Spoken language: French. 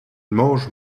mange